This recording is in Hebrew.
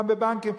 גם בבנקים,